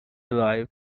live